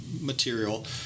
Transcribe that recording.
material